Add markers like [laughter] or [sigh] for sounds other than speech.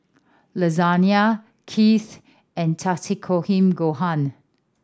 Lasagna [unintelligible] and Takikomi Gohan